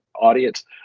audience